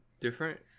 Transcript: different